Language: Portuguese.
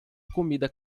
comida